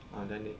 ah then they